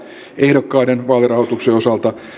ehdokkaiden vaalirahoituksen osalta